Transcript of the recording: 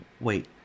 wait